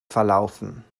verlaufen